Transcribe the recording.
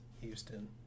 Houston